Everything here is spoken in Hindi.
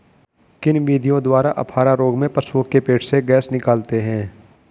किन विधियों द्वारा अफारा रोग में पशुओं के पेट से गैस निकालते हैं?